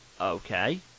okay